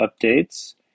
updates